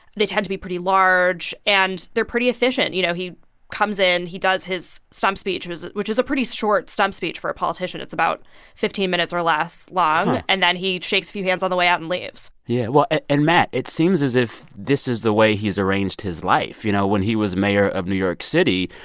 they tend to be pretty large, and they're pretty efficient. you know, he comes in. he does his stump speech, which is a pretty short stump speech for a politician. it's about fifteen minutes or less long. and then he shakes a few hands on the way out and leaves yeah. well and matt, it seems as if this is the way he's arranged his life. you know, when he was mayor of new york city,